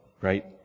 right